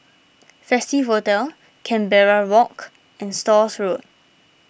Festive Hotel Canberra Walk and Stores Road